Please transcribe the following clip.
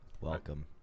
Welcome